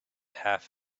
half